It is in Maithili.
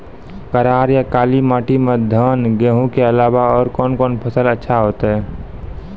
करार या काली माटी म धान, गेहूँ के अलावा औरो कोन फसल अचछा होतै?